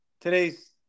today's